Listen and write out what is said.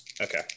Okay